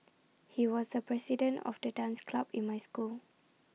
he was the president of the dance club in my school